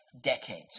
decades